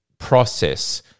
Process